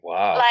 Wow